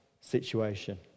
situation